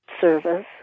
service